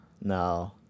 No